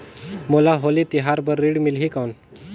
मोला होली तिहार बार ऋण मिलही कौन?